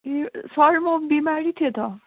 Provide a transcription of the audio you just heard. ए sir म बिमारी थिएँ त